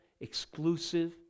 exclusive